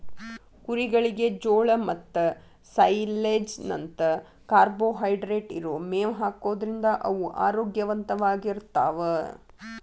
ಕುರಿಗಳಿಗೆ ಜೋಳ ಮತ್ತ ಸೈಲೇಜ್ ನಂತ ಕಾರ್ಬೋಹೈಡ್ರೇಟ್ ಇರೋ ಮೇವ್ ಹಾಕೋದ್ರಿಂದ ಅವು ಆರೋಗ್ಯವಂತವಾಗಿರ್ತಾವ